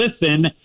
listen